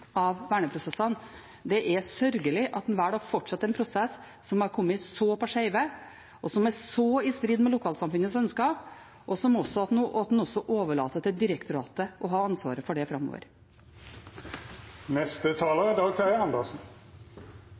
verneprosessene. Det er sørgelig at en velger å fortsette en prosess som har kommet så på skjeve, og som er så i strid i med lokalsamfunnets ønsker, og at en også overlater til direktoratet å ha ansvaret for det